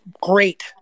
great